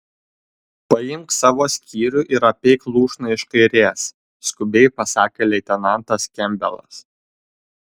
paimk savo skyrių ir apeik lūšną iš kairės skubiai pasakė leitenantas kempbelas